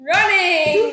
Running